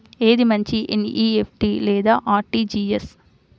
ఏది మంచి ఎన్.ఈ.ఎఫ్.టీ లేదా అర్.టీ.జీ.ఎస్?